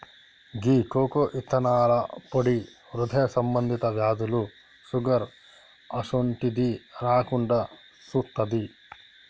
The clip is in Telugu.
గీ కోకో ఇత్తనాల పొడి హృదయ సంబంధి వ్యాధులు, షుగర్ అసోంటిది రాకుండా సుత్తాది